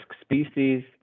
species